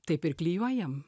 taip ir klijuojam